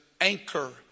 anchor